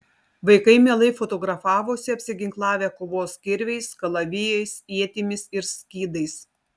vaikai mielai fotografavosi apsiginklavę kovos kirviais kalavijais ietimis ir skydais